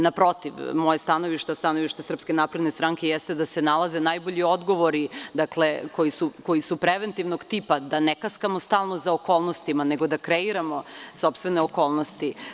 Naprotiv, moje stanovište, stanovište SNS jeste da se nalaze najbolji odgovori koji su preventivnog tipa, da ne kaskamo stalno za okolnostima, nego da kreiramo sopstvene okolnosti.